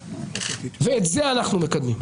ואתה זה אנחנו מקדמים.